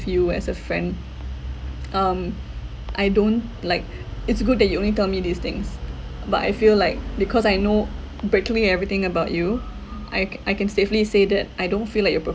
you as a friend um I don't like it's good that you only tell me these things but I feel like because I know brakeley and everything about you I I can safely say that I don't feel like you're